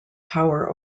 power